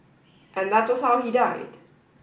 and that was how he died